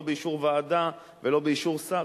לא באישור ועדה ולא באישור שר,